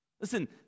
listen